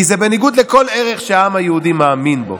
כי זה בניגוד לכל ערך שהעם היהודי מאמין בו.